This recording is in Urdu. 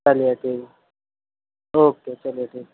چلیے ٹھیک ہے اوکے چلیے ٹھیک ہے